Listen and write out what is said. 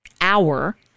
hour